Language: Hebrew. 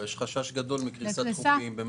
יש חשש גדול מקריסת חופים,